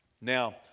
now